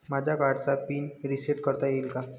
माझ्या कार्डचा pin reset करता येईल का?